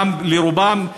לרובן,